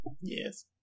Yes